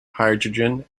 hydrogen